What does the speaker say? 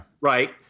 right